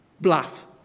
Bluff